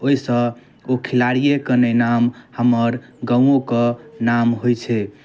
ओहिसँ ओ खेलाड़िएके नहि नाम हमर गामोके नाम होइ छै